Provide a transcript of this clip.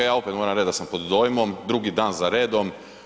Ja opet moram reći da sam pod dojmom, drugi dan za redom.